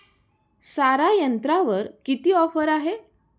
सारा यंत्रावर किती ऑफर आहे?